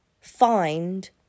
find